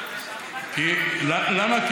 למה?